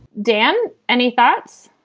dan. any thoughts?